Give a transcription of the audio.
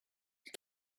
you